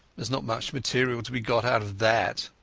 is not much material to be got out of that.